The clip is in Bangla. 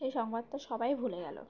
সেই সংবাদটা সবাই ভুলে গেল